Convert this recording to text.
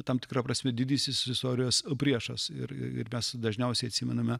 tam tikra prasme didysis istorijos priešas ir ir ir mes dažniausiai atsimename